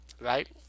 Right